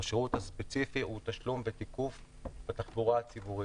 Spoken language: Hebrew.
השירות הספציפי הוא תשלום ותיקוף בתחבורה הציבורית.